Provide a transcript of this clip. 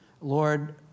Lord